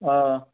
অ'